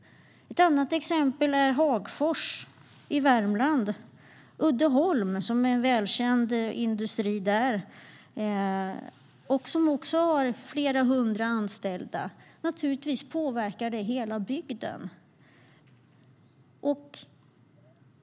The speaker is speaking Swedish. Ett annat exempel är Hagfors i Värmland. Uddeholm, en välkänd industri där, har också flera hundra anställda. Naturligtvis påverkar det hela bygden.